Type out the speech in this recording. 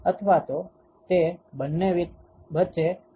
અથવા તો તે બંને વચ્ચે વિકિરણ વિનિમય શુ થશે